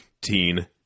teen